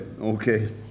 okay